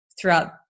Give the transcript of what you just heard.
throughout